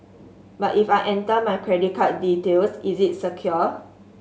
but if I enter my credit card details is it secure